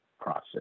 process